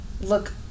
look